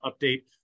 update